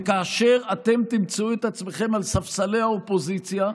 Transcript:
כאשר אתם תמצאו את עצמכם על ספסלי האופוזיציה,